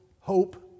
hope